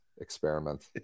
experiment